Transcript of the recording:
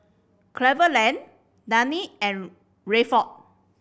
Cleveland Daneen and Rayford